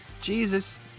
Jesus